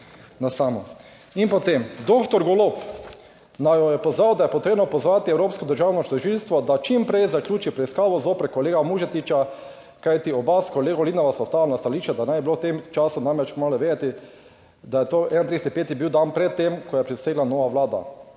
na samo. In potem doktor Golob naju je pozval, da je potrebno pozvati Evropsko državno tožilstvo, da čim prej zaključi preiskavo zoper kolega Muženiča, kajti oba s kolegom Lindavom sva ostala stališču, da naj bi bilo v tem času namreč / nerazumljivo/ vedeti, da je to, 31. 5., bil en dan pred tem, ko je prisegla nova vlada.